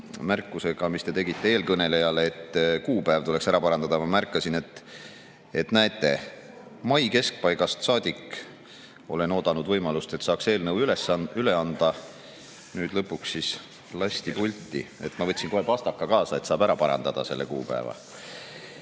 märkuse kohta, mis te tegite eelkõnelejale, et kuupäev tuleks ära parandada. Ma märkasin, et näete, mai keskpaigast saadik olen oodanud võimalust, et saaks eelnõu üle anda. Nüüd lõpuks lasti pulti. Ma võtsin kohe pastaka kaasa, et saab ära parandada selle kuupäeva.